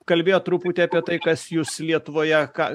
kalbėjo truputį apie tai kas jus lietuvoj ką